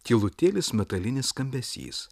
tylutėlis metalinis skambesys